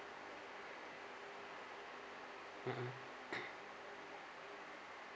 mmhmm